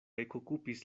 ekokupis